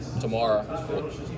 tomorrow